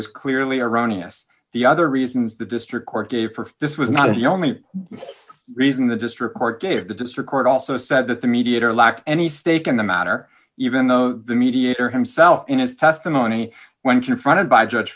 was clearly erroneous the other reasons the district court gave for this was not the only reason the district court gave the district court also said that the mediator lacked any stake in the matter even though the mediator himself in his testimony when confronted by